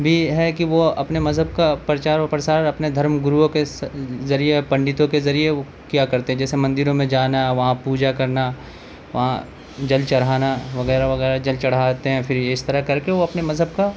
بھی ہے کہ وہ اپنے مذہب کا پرچار و پرسار اپنے دھرم گروؤں کے ذریعے پنڈتوں کے ذریعے وہ کیا کرتے ہیں جیسے مندروں میں جانا وہاں پوجا کرنا وہاں جل چڑھانا وغیرہ وغیرہ جل چڑھاتے ہیں پھر اس طرح کر کے وہ اپنے مذہب کا